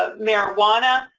ah marijuana,